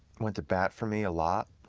went to bat for me a lot.